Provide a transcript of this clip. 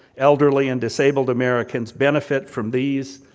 elderly and disabled americans benefit from these,